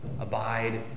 abide